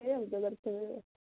एवं तदर्थमेव